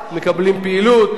מקבלים פעילות,